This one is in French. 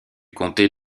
comté